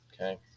Okay